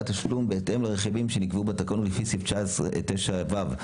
התשלום בהתאם לרכיבים שנקבעו בתקנון לפי סעיף 9(ו)".